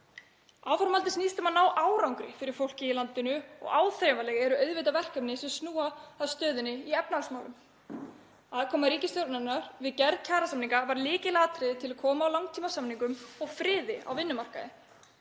Áframhaldið snýst um að ná árangri fyrir fólkið í landinu og áþreifanleg eru auðvitað verkefnin sem snúa að stöðunni í efnahagsmálum. Aðkoma ríkisstjórnarinnar við gerð kjarasamninga var lykilatriði til að koma á langtímasamningum og friði á vinnumarkaði.